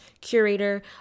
curator